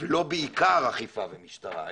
לא בעיקר אכיפה ומשטרה,